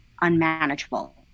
unmanageable